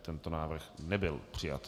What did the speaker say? Tento návrh nebyl přijat.